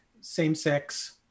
same-sex